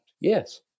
Yes